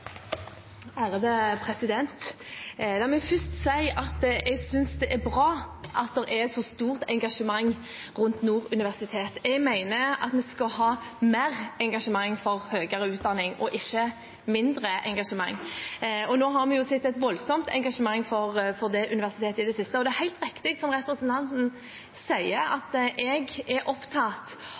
La meg først si at jeg synes det er bra at det er et så stort engasjement rundt Nord universitet. Jeg mener at vi skal ha mer engasjement for høyere utdanning, ikke mindre engasjement. Nå har vi jo sett et voldsomt engasjement for det universitetet i det siste, og det er helt riktig som representanten sier, at jeg er opptatt